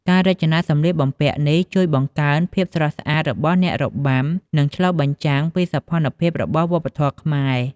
ការរចនាសម្លៀកបំពាក់នេះ ជួយបង្កើនភាពស្រស់ស្អាតរបស់អ្នករបាំ និងឆ្លុះបញ្ចាំងពីសោភ័ណភាពរបស់វប្បធម៌ខ្មែរ។